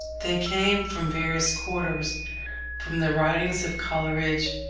they came from various quarters from the writings of coleridge,